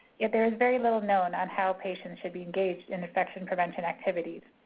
yeah there is very little known on how patients should be engaged in infection prevention activities.